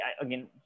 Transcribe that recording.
again